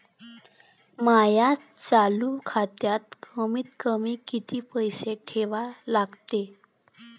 माया चालू खात्यात कमीत कमी किती पैसे ठेवा लागते?